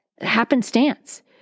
happenstance